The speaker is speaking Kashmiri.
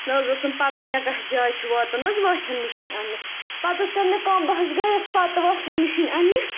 نہ حظ ٲسٕم پَتہ مےٚ کَتھ جایہِ چھِ واتُن حظ واشنٛگ مِشیٖن اَننہِ پَتہٕ حظ کٔر مےٚ کٲم بہٕ حظ گٔیَس پَتہٕ واشنٛگ مِشیٖن اَننہِ